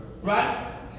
Right